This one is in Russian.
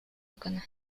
органа